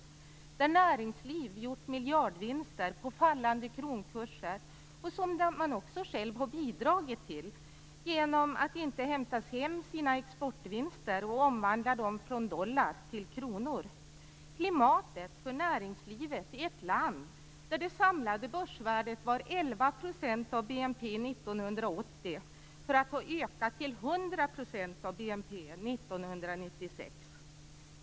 Det är det näringsliv som har gjort miljardvinster på fallande kronkurser, som man själv har bidragit till genom att inte hämta hem sina exportvinster och omvandla dem från dollar till kronor. Det handlar om klimatet för näringslivet i ett land där det samlade börsvärdet var 11 % av BNP år 1980 men sedan har ökat till 100 % av BNP år 1996.